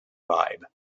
vibe